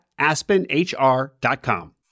AspenHR.com